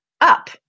up